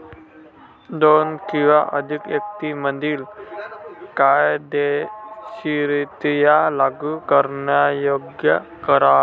दोन किंवा अधिक व्यक्तीं मधील कायदेशीररित्या लागू करण्यायोग्य करार